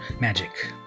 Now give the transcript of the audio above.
magic